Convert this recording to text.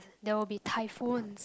there will be typhoons